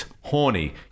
Horny